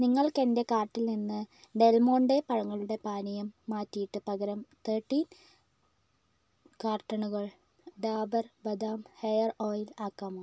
നിങ്ങൾക്ക് എന്റെ കാർട്ടിൽ നിന്ന് ഡെൽമോണ്ടെ പഴങ്ങളുടെ പാനീയം മാറ്റിയിട്ട് പകരം തേർട്ടി കാർട്ടണുകൾ ഡാബർ ബദാം ഹെയർ ഓയിൽ ആക്കാമോ